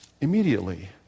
Immediately